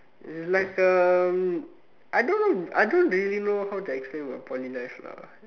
it's like um I don't know I don't really know how to explain my Poly life lah